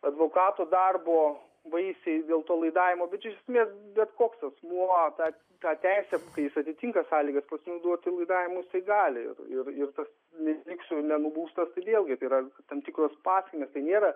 advokato darbo vaisiai dėl to laidavimo bet čia iš esmės bet koks asmuo tą tą teisę kai jis atitinka sąlygas pasinaudoti laidavimu jisai gali ir ir tas jei liksiu nenubaustas tai vėlgi tai yra tam tikros pasekmės tai nėra